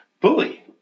bully